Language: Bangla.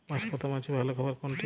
বাঁশপাতা মাছের ভালো খাবার কোনটি?